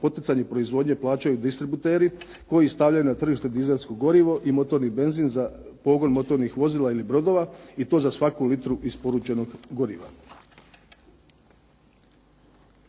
poticanje proizvodnje plaćaju distributeri koji stavljaju na tržište dizelsko gorivo i motorni benzin za pogon motornih vozila ili brodova i to za svaku litru isporučenog goriva.